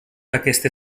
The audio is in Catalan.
d’aquest